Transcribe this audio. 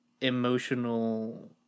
emotional